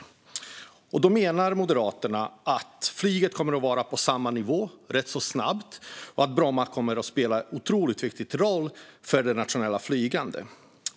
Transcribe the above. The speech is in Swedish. Moderaterna menar att flygandet kommer att komma upp på samma nivå rätt så snabbt och att Bromma kommer att spela en otroligt viktig roll för det nationella flygandet.